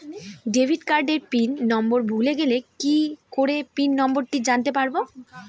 Debit কার্ডের pin number ভুলে গেলে কি করে পিন নম্বরটি জানতে পারবো?